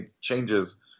changes